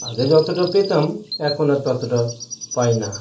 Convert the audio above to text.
আগে যতটা পেতাম এখন আর ততটা পাই না